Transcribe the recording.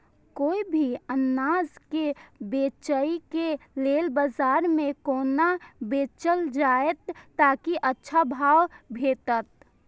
कोय भी अनाज के बेचै के लेल बाजार में कोना बेचल जाएत ताकि अच्छा भाव भेटत?